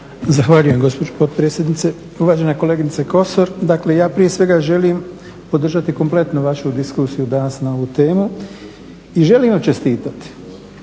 Zahvaljujem gospođo potpredsjednice. Uvažena koleginice Kosor, dakle ja prije svega želim podržati kompletno vašu diskusiju danas na ovu temu i želim vam čestitati.